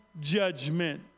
judgment